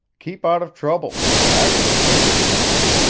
keep out of trouble that is the principal thing.